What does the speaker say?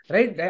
Right